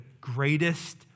greatest